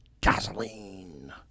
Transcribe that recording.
gasoline